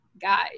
guys